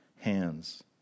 hands